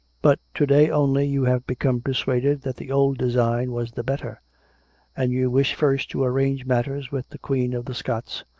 but to-day only you have become persuaded that the old design was the better and you wish first to arrange matters with the queen of the scots,